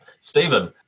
Stephen